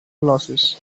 losses